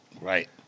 Right